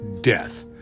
death